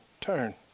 turn